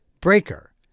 Breaker